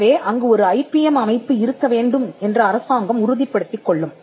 எனவே அங்கு ஒரு ஐபிஎம் அமைப்பு இருக்க வேண்டும் என்று அரசாங்கம் உறுதிப்படுத்திக் கொள்ளும்